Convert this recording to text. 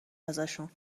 ازشون